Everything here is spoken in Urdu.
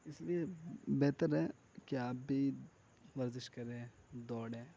اِس لیے بہتر ہے کہ آپ بھی ورزش کریں دوڑیں